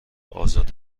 آزاد